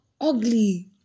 ugly